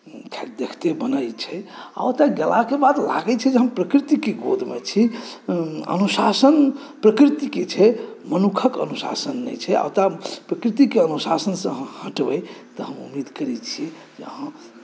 ख़ैर देखते बनै छै आ ओतऽ गेलाक बाद लागै छै जे हम प्रकृतिक गोदमे छी अनुशासन प्रकृतिक छै मनुषक अनुशासन नहि छै आ ओतऽ प्रकृतिक अनुशासनसॅं अहाँ हटबै तऽ हम उम्मीद करै छी अहाँ